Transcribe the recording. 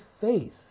faith